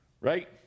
Right